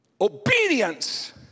Obedience